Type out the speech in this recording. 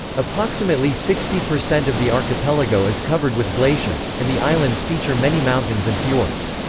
approximately sixty percent of the archipelago is covered with glaciers, and the islands feature many mountains and fjords.